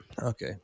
Okay